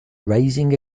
raising